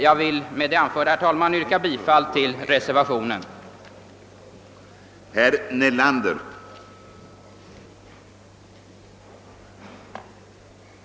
Jag ber, herr talman, med det anförda att få yrka bifall till reservationen 1.